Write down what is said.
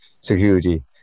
security